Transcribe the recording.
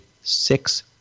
six